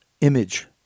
image